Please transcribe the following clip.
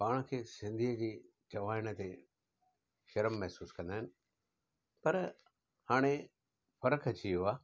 पाण खे सिंधीअ जी चवाइण ते शर्मु महसूसु कंदा आहिनि पर हाणे फ़र्क़ु अची वयो आहे